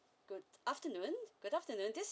good afternoon good afternoon this